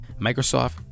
Microsoft